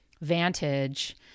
vantage